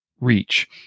reach